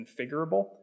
configurable